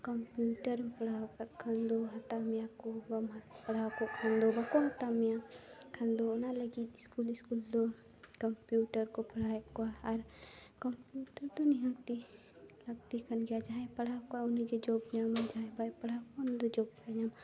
ᱠᱚᱢᱯᱤᱭᱩᱴᱟᱨᱮᱢ ᱯᱟᱲᱦᱟᱣ ᱠᱟᱜ ᱠᱷᱟᱱ ᱫᱚ ᱦᱟᱛᱟᱣ ᱢᱮᱭᱟ ᱠᱚ ᱵᱟᱢ ᱯᱟᱲᱦᱟᱣ ᱠᱚᱜ ᱠᱷᱟᱱ ᱫᱚ ᱵᱟᱠᱚ ᱦᱟᱛᱟᱣ ᱢᱮᱭᱟ ᱠᱷᱟᱱ ᱫᱚ ᱚᱱᱟ ᱞᱟᱜᱤᱫ ᱥᱠᱩᱞ ᱥᱠᱩᱞ ᱫᱚ ᱠᱚᱢᱯᱤᱭᱩᱴᱟᱨ ᱠᱚ ᱯᱟᱲᱦᱟᱣᱮᱫ ᱠᱚᱣᱟ ᱟᱨ ᱠᱚᱢᱯᱤᱩᱴᱟᱨ ᱫᱚ ᱱᱤᱦᱟᱹᱛᱤ ᱞᱟᱹᱠᱛᱤ ᱠᱟᱱ ᱜᱮᱭᱟ ᱡᱟᱦᱟᱭᱮ ᱯᱟᱲᱦᱟᱣ ᱠᱚᱜᱼᱟ ᱩᱱᱤᱜᱮ ᱡᱚᱵᱽ ᱧᱟᱢᱟ ᱡᱟᱦᱟᱭ ᱵᱟᱭ ᱯᱟᱲᱦᱟᱣ ᱠᱟᱜᱼᱟ ᱩᱱᱤ ᱫᱚ ᱡᱚᱵᱽ ᱵᱟᱭ ᱧᱟᱢᱟ